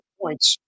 points